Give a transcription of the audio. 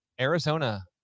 arizona